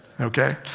okay